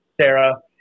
Sarah